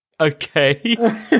okay